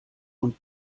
und